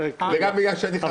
זה גם בגלל שאני פה.